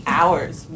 hours